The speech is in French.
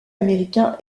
américain